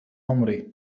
عمري